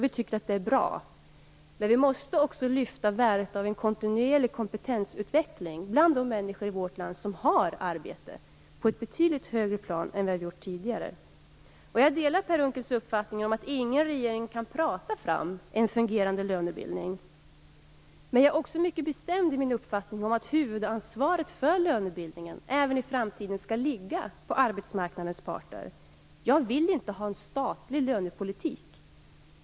Vi tycker att det är bra, men vi måste också lyfta värdet av en kontinuerlig kompetensutveckling bland de människor i vårt land som har arbete till ett betydligt högre plan än vi har gjort tidigare. Jag delar Per Unckels uppfattning att ingen regering kan prata fram en fungerande lönebildning. Men jag är också mycket bestämd i min uppfattning att huvudansvaret för lönebildningen även i framtiden skall ligga på arbetsmarknadens parter. Jag vill inte ha en statlig lönepolitik.